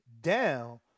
down